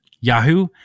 Yahoo